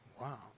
Wow